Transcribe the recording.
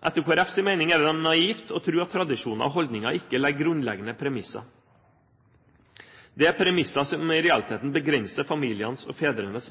Etter Kristelig Folkepartis mening er det naivt å tro at tradisjoner og holdninger ikke legger grunnleggende premisser. Det er premisser som i realiteten begrenser familienes og fedrenes